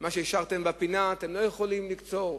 מה שהשארתן בפינה אתן לא יכולות לקצור,